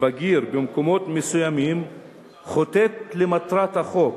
בגיר במקומות מסוימים חוטאת למטרת החוק.